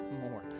more